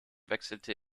wechselte